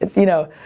you know.